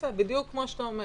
בדיוק כמו שאתה אומר.